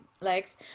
likes